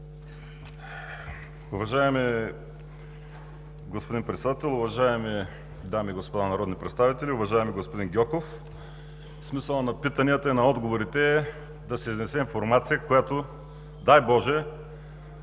Уважаеми господин Председател, уважаеми дами и господа народни представители, уважаеми господин Гьоков! Смисълът на питанията и на отговорите е да се изнесе информация, която, дай боже,